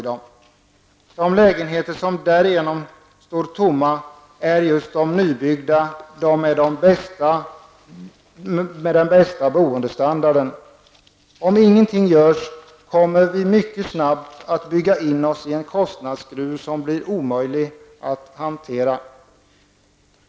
De lägenheter som därigenom står tomma är just de nybyggda, de som har den bästa boendestandarden. Om ingenting görs kommer vi mycket snabbt att bygga in oss i en kostnadsskruv som det blir omöjligt att hantera.